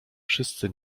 wszyscy